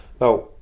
Now